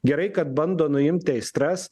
gerai kad bando nuimti aistras